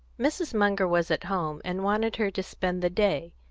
mrs. munger was at home, and wanted her to spend the day,